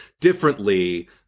differently